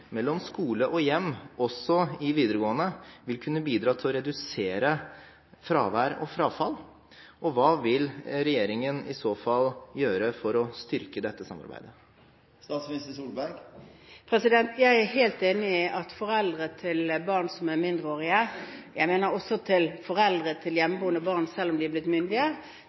mellom skole og hjem også i videregående skole vil kunne bidra til å redusere fravær og frafall? Hva vil regjeringen i så fall gjøre for å styrke dette samarbeidet? Jeg er helt enig i at foreldre til barn som er mindreårige, og også foreldre til barn som er hjemmeboende selv om de er blitt myndige,